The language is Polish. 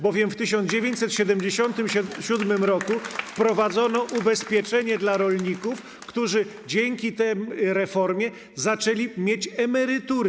bowiem w 1977 r. wprowadzono ubezpieczenie dla rolników, którzy dzięki tej reformie zaczęli mieć emerytury.